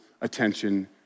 attention